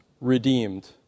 redeemed